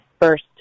first